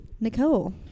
Nicole